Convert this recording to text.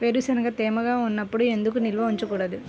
వేరుశనగలు తేమగా ఉన్నప్పుడు ఎందుకు నిల్వ ఉంచకూడదు?